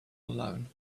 alone